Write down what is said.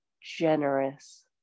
generous